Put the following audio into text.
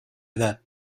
edad